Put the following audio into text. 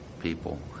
people